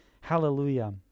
Hallelujah